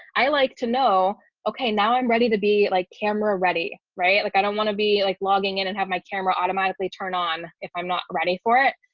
i like to know, okay, now i'm ready to be like camera ready, right? like i don't want to be like logging in and have my camera automatically turn on if i'm not ready for it.